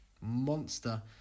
monster